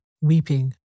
weeping